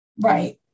Right